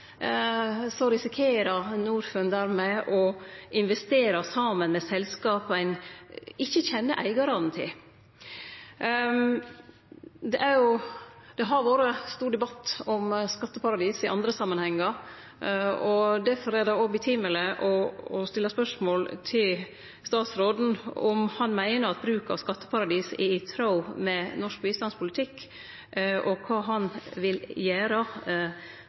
så risikerer Nordfund dermed å investere saman med selskap ein ikkje kjenner eigarane til. Det har vore ein stor debatt om skatteparadis i andre samanhengar, og difor er det òg passande å stille spørsmål til statsråden om han meiner at bruk av skatteparadis er i tråd med norsk bistandspolitikk, og kva han vil